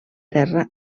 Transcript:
terra